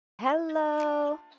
Hello